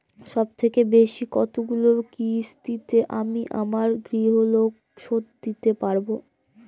সবথেকে বেশী কতগুলো কিস্তিতে আমি আমার গৃহলোন শোধ দিতে পারব?